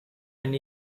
and